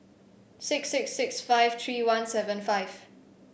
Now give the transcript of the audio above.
six six six five three one seven five